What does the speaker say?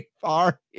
far